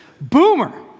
Boomer